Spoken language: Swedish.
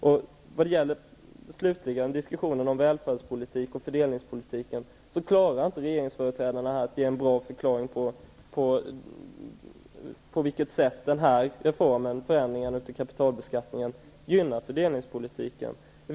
När det slutligen gäller diskussionen om välfärdspolitik och fördelningspolitik, så klarar inte regeringsföreträdarna här att ge en bra förklaring -- på vilket sätt den här reformen, förändringen av kapitalbeskattningen, gynnar fördelningspolitiken.